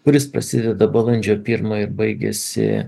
kuris prasideda balandžio pirmą ir baigiasi